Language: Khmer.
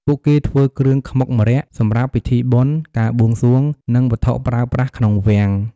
ពួកគេធ្វើគ្រឿងខ្មុកម្រ័ក្សណ៍សម្រាប់ពិធីបុណ្យ ការបួងសួង និង វត្ថុប្រើប្រាស់ក្នុងវាំង។